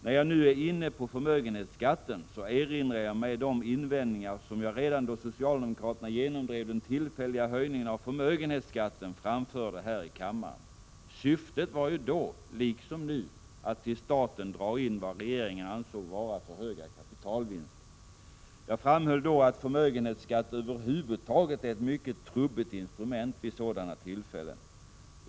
När jag nu är inne på förmögenhetsskatten, erinrar jag mig de invändningar som jag redan då socialdemokraterna genomdrev den tillfälliga höjningen av förmögenhetsskatten framförde här i kammaren. Syftet var ju då, liksom nu, att till staten dra in vad regeringen ansåg vara för höga kapitalvinster. Jag framhöll då att förmögenhetsskatt över huvud taget är ett mycket trubbigt instrument vid sådana tillfällen.